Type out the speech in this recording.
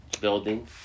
building